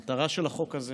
המטרה של החוק הזה